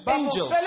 angels